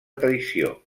traïció